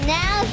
now